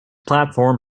platform